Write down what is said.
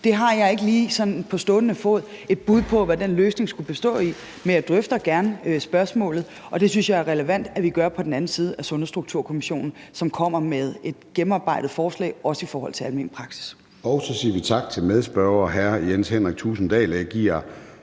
Jeg har ikke lige sådan på stående fod et bud på, hvad den løsning skulle bestå i. Men jeg drøfter gerne spørgsmålet, og det synes jeg er relevant at vi gør på den anden side af Sundhedsstrukturkommissionen, som kommer med et gennemarbejdet forslag, også i forhold til almen praksis. Kl. 13:22 Formanden (Søren Gade): Så siger vi tak til medspørgeren, hr. Jens Henrik Thulesen Dahl, og så er